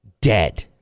dead